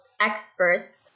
experts